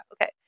okay